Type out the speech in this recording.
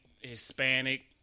Hispanic